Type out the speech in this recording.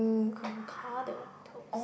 avocado toast